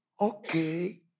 Okay